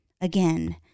again